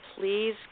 please